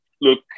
Look